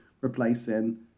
replacing